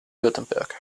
württemberg